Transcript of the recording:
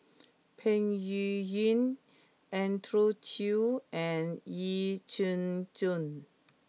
Peng Yuyun Andrew Chew and Yee Jenn Jong